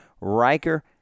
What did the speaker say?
Riker